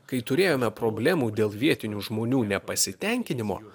kai turėjome problemų dėl vietinių žmonių nepasitenkinimo